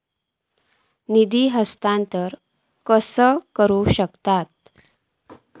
निधी हस्तांतर कसा करू शकतू?